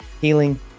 healing